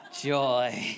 Joy